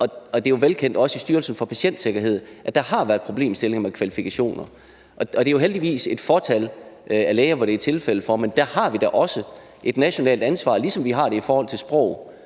og det er velkendt også i Styrelsen for Patientsikkerhed, at der har været problemer med kvalifikationer. Det er jo heldigvis et fåtal af læger, det er tilfældet for, men der har vi da også et nationalt ansvar, ligesom vi har det i forhold til sprog.